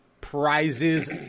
prizes